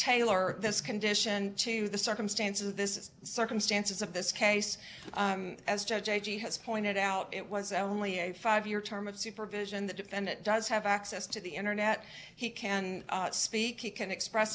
tailor this condition to the circumstances of this circumstances of this case as judge a g has pointed out it was only a five year term of supervision the defendant does have access to the internet he can speak he can express